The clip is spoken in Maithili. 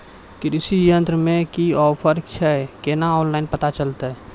कृषि यंत्र मे की ऑफर छै केना ऑनलाइन पता चलतै?